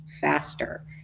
faster